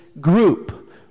group